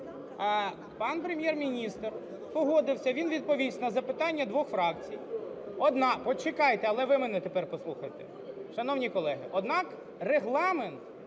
пан Прем'єр-міністр погодився. Він відповість на запитання двох фракцій. Почекайте! Але ви мене тепер послухайте. Шановні колеги, однак Регламент